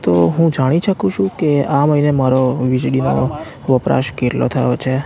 તો હું જાણી છકું છું કે આ મહીને મારો વીજળીનો વપરાશ કેટલો થયો છે